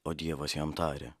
o dievas jam tarė